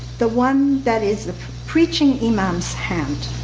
the one that is the preaching imam's hand.